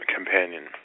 Companion